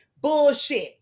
Bullshit